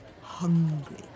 hungry